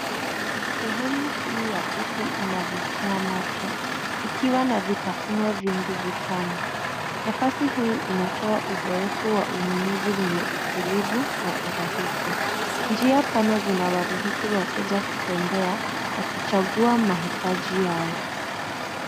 Sehemu hii ya pipi inavutia macho ikiwa na vitafuno vingi vitamu. Nafasi hii inatoa uzoefu wa ununuzi wenye utulivu na urahisi. Njia pana zinawaruhusu wateja kutembea wakichagua mahitaji yao.